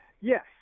Yes